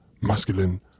masculine